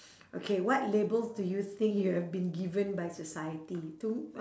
okay what labels do you think you have been given by society to